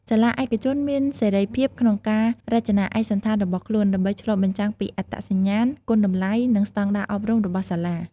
សាលាឯកជនមានសេរីភាពក្នុងការរចនាឯកសណ្ឋានរបស់ខ្លួន ដើម្បីឆ្លុះបញ្ចាំងពីអត្តសញ្ញាណ គុណតម្លៃ និងស្តង់ដារអប់រំរបស់សាលា។